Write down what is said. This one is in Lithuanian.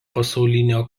pasaulinio